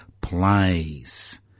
plays